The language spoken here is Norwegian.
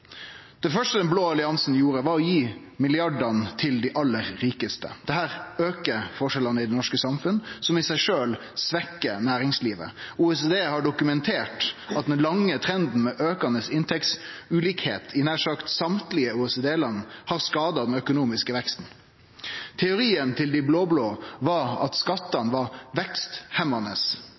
Det første den blå alliansen gjorde, var å gi milliardane til dei aller rikaste. Dette aukar forskjellane i det norske samfunnet, som i seg sjølv svekkjer næringslivet. OECD har dokumentert at den lange trenden med aukande inntektsulikskap i nær sagt alle OECD-land har skada den økonomiske veksten. Teorien til dei blå-blå var at skattane var